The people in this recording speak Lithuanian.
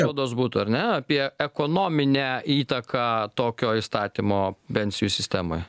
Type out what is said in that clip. naudos būtų ar ne apie ekonominę įtaką tokio įstatymo pensijų sistemoje